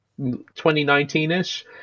2019-ish